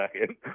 second